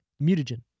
mutagen